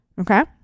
Okay